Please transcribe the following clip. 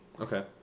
Okay